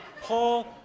Paul